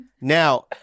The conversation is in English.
now